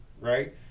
right